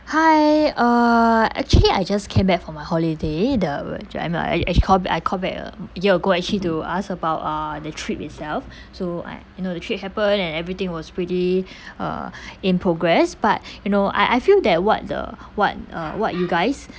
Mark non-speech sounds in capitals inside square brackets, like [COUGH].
hi uh actually I just came back from my holiday the I call I call back a year ago actually to ask about uh the trip itself so I you know the trip happen and everything was pretty [BREATH] uh [BREATH] in progress but [BREATH] you know I I feel that what the what uh what you guys